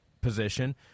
position